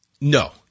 No